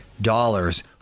dollars